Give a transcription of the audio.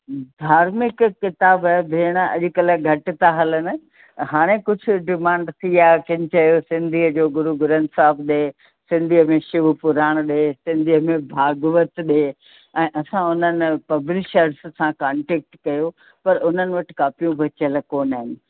धार्मिक किताब भेण अॼुकल्हि घटि था हलनि हाणे कुझु डिमांड थी आहे किन चयो सिंधीअ जो गुरु ग्रंथ साहिब ॾे सिंधीअ में शिव पुराण ॾे सिंधीअ में भागवत ॾे ऐं असां उन पब्लिशर सां कॉन्टेक्ट कयो पर उन्हनि वटि कापियूं बचियल कोन आहिनि